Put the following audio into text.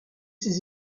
ses